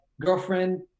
girlfriend